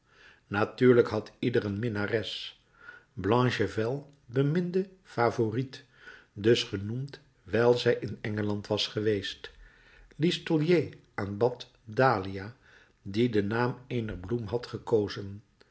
natuurlijk had ieder een minnares blachevelle beminde favourite dus genoemd wijl zij in engeland was geweest listolier aanbad dahlia die den naam eener bloem had gekozen